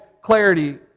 clarity